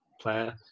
player